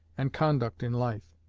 and conduct in life.